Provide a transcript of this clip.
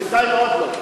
בינתיים עוד לא.